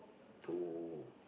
to